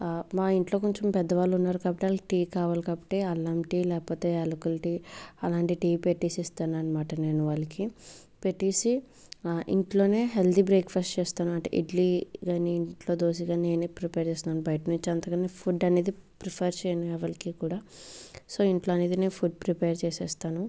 మా ఇంట్లో కొంచెం పెద్దవాళ్ళు ఉన్నారు కాబట్టి వాళ్ళకి టీ కావాలి కాబట్టి అల్లం టీ లేకపోతే ఏలకులు టీ అలాంటి టీ పెట్టేసి ఇస్తాను అన్నమాట నేను వాళ్ళకి పెట్టేసి ఇంట్లోనే హెల్దీ బ్రేక్ ఫాస్ట్ చేస్తాను అంటే ఇడ్లీ కాని ఇంట్లో దోశ కాని ఇవన్నీ ప్రిపేర్ చేస్తాను బయట నుంచి అంతగా ఫుడ్ అనేది ప్రిఫర్ చేయను ఎవరికి కూడా సో ఇంట్లో అన్నది నేను ఫుడ్ ప్రిపేర్ చేసేస్తాను